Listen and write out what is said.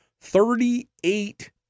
thirty-eight